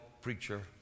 preacher